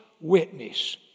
witness